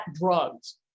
drugs